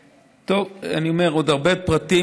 טוב, יש עוד הרבה פרטים.